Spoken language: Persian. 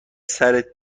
سرت